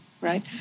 right